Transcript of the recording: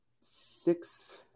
six